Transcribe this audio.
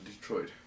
Detroit